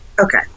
Okay